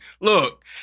look